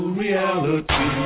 reality